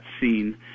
scene